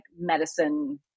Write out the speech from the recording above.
medicine